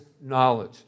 knowledge